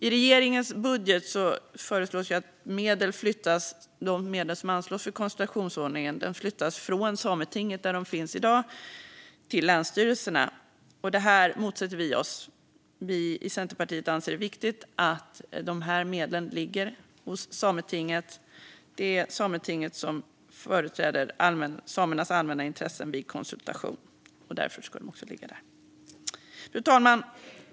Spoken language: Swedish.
I regeringens budget föreslås att de medel som anslås för konsultationsordningen ska flyttas från Sametinget, där de finns i dag, till länsstyrelserna. Det här motsätter vi oss. Vi i Centerpartiet anser det viktigt att dessa medel ligger kvar hos Sametinget. Det är Sametinget som företräder samernas allmänna intressen vid konsultation, och därför ska medlen ligga där. Fru talman!